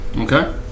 Okay